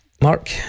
Mark